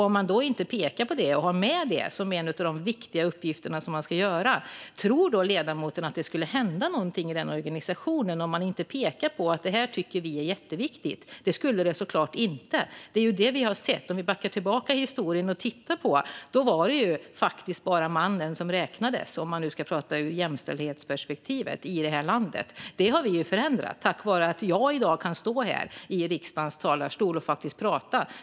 Om man då inte pekar på det och har med det som en av sina viktiga uppgifter, tror ledamoten då att det skulle hända någonting i denna organisation? Det skulle det såklart inte. Det är det som vi har sett. Om vi backar tillbaka och tittar på historien var det faktiskt bara mannen som räknades, för att tala om jämställdhetsperspektivet i detta land. Detta har vi förändrat. Det är tack vare det som jag i dag kan stå här i riksdagens talarstol och prata.